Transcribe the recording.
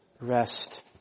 rest